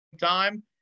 time